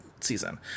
season